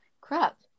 Crap